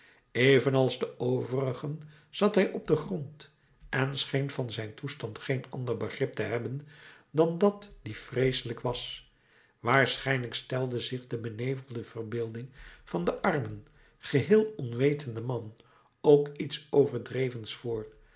evenals de overigen zat hij op den grond en scheen van zijn toestand geen ander begrip te hebben dan dat die vreeselijk was waarschijnlijk stelde zich de benevelde verbeelding van den armen geheel onwetenden man ook iets overdrevens voor